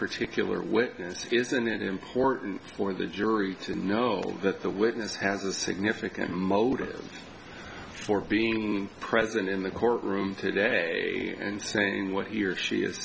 particular witness isn't it important for the jury to know that the witness has a significant motive for being present in the courtroom today and saying what he or she is